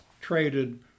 traded